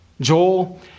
Joel